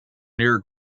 near